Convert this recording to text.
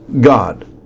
God